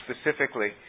specifically